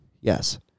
Yes